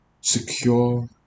secure